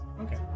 Okay